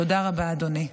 תודה רבה, אדוני.